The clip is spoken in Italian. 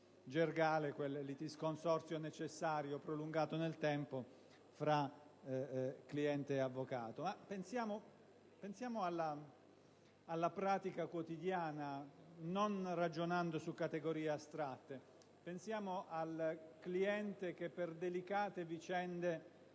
quel litisconsorzio necessario prolungato nel tempo tra cliente e avvocato. Pensiamo alla pratica quotidiana, non ragionando su categorie astratte: pensiamo al cliente che per delicate vicende